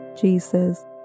Jesus